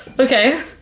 Okay